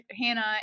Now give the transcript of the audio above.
Hannah